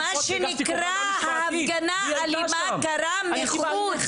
ומה שנקרא ההפגנה אלימה גרמה לדיבור.